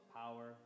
power